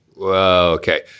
okay